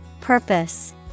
Purpose